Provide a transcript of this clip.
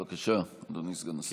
בבקשה, אדוני סגן השר.